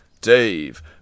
Dave